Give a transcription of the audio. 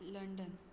London